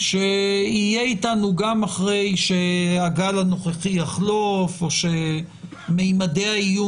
שיהיה אתנו גם אחרי שהגל הנוכחי יחלוף או שממדי האיום